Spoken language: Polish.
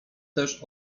też